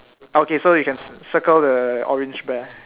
okay so you can ci~ circle the orange bear